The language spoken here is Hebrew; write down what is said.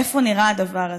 איפה נראה הדבר הזה?